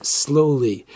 slowly